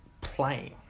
playing